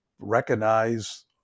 recognize